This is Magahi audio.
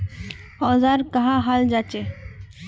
औजार कहाँ का हाल जांचें?